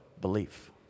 Belief